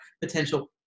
potential